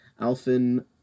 Alfin